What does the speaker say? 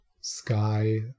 sky